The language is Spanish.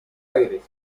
aires